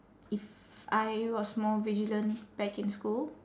if I was more vigilant back in school